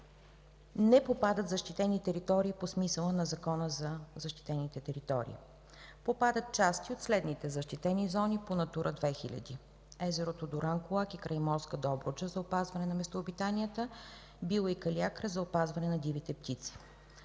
не попадат защитени територии по смисъла на Закона за защитените територии. Попадат части от следните защитени зони по „Натура 2000”: езерото Дуранкулак и Крайморска Добруджа – за опазване на местообитанията, Било и Калиакра – за опазване на дивите птици.